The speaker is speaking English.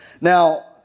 Now